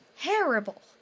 terrible